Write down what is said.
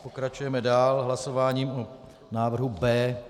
Pokračujeme dál hlasováním o návrhu B.